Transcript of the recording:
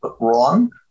wrong